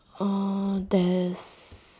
oh there's